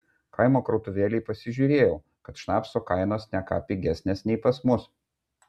kaimo krautuvėlėj pasižiūrėjau kad šnapso kainos ne ką pigesnės nei pas mus